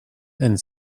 and